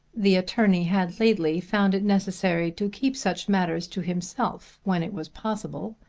the attorney had lately found it necessary to keep such matters to himself when it was possible,